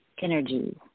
energy